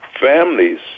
families